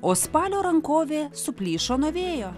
o spalio rankovė suplyšo nuo vėjo